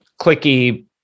clicky